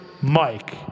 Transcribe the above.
Mike